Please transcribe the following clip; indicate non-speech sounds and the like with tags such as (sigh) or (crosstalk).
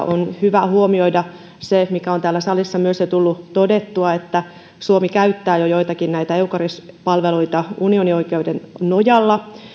(unintelligible) on hyvä huomioida se mikä on täällä salissa jo tullut todettua että suomi käyttää jo joitakin näitä eucaris palveluita unionioikeuden nojalla